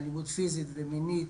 באלימות פיזית ומינית